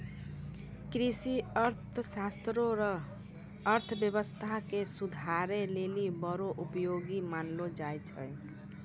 कृषि अर्थशास्त्र रो अर्थव्यवस्था के सुधारै लेली बड़ो उपयोगी मानलो जाय छै